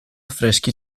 affreschi